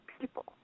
people